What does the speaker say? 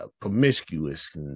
promiscuous